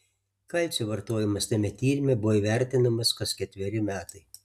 kalcio vartojimas tame tyrime buvo įvertinamas kas ketveri metai